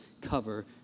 cover